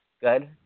good